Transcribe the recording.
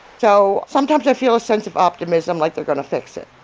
so, sometimes, i feel a sense of optimism like they're going to fix it.